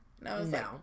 no